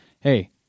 hey